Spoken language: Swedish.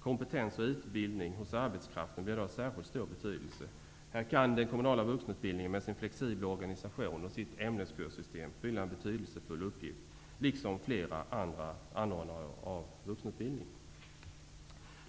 Kompetens och utbildning hos arbetskraften blir då av särskilt stor betydelse. Här kan den kommunala vuxenutbildningen med sin flexibla organisation och sitt ämneskurssystem fylla en betydelsefull uppgift, liksom flera andra anordnare av vuxenutbildning.